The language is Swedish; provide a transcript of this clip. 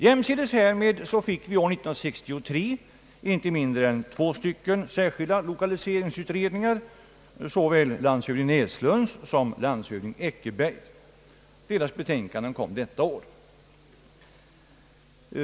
Jämsides härmed pågick år 1963 inte mindre än två särskilda lokaliseringsutredningar, nämligen såväl landshövding Näslunds som landshöv ding Eckerbergs, och båda utredningarna avlämnade sina betänkanden detta år.